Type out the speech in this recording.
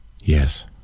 Yes